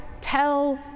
tell